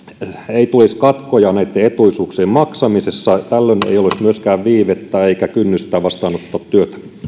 ei tulisi katkoja näitten etuisuuksien maksamisessa tällöin ei olisi myöskään viivettä eikä kynnystä vastaanottaa työtä